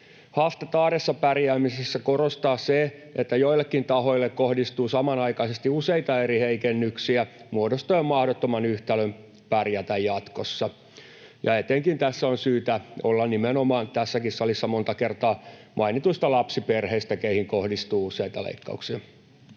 Haastetta arjessa pärjäämisessä korostaa se, että joillekin tahoille kohdistuu samanaikaisesti useita eri heikennyksiä muodostaen mahdottoman yhtälön pärjätä jatkossa. Ja tässä on syytä olla huolissaan nimenomaan tässäkin salissa monta kertaa mainituista lapsiperheistä, keihin kohdistuu useita leikkauksia.